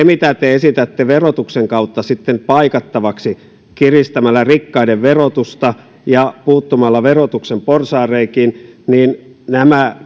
mitä te esitätte verotuksen kautta sitten paikattavaksi kiristämällä rikkaiden verotusta ja puuttumalla verotuksen porsaanreikiin nämä